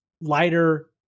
lighter